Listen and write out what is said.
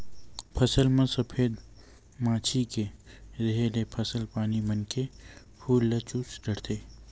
फसल म सफेद मांछी के रेहे ले फसल पानी मन के फूल ल चूस डरथे